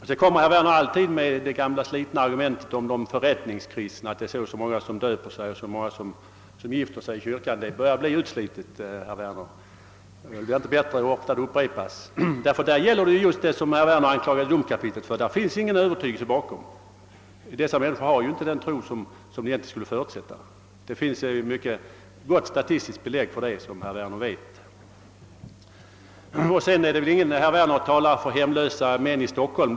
Herr Werner framför alltid det gamla slitna argumentet om de förrättningskristna: det är så och så många som låter döpa sina barn, så och så många som gifter sig i kyrkan, 0. s. v. Det börjar bli utslitet, herr Werner. Det blir inte bättre för att det upprepas ofta. För dessa förrättningskristna gäller ju nämligen vad herr Werner anklagade domkapitlet för: det finns ingen övertygelse bakom handlingen; de har inte den tro som dessa handlingar egentligen skulle förutsätta. Det finns som herr Werner vet ett mycket gott statistiskt belägg för detta. Herr Werner talade också om hemlösa män i Stockholm.